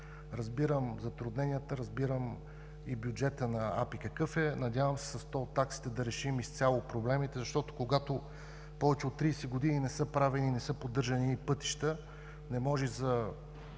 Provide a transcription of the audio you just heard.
Разбирам затрудненията, разбирам и какъв е бюджетът на АПИ. Надявам се с тол таксите да решим изцяло проблемите, защото когато повече от 30 години не са правени, не са поддържани едни пътища, не може за